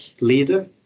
leader